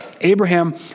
Abraham